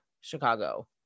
Chicago